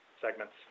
segments